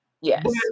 Yes